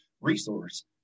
resource